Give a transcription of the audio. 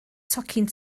tocyn